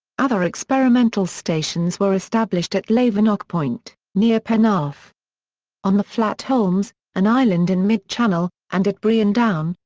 other experimental stations were established at lavernock point, near penarth on the flat holmes, an island in mid-channel, and at brean down,